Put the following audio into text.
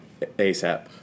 ASAP